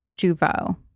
Juvo